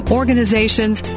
organizations